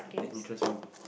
that interest me